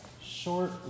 short